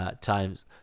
times